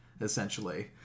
essentially